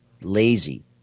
lazy